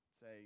say